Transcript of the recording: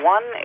One